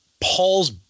paul's